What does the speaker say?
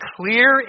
clear